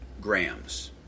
grams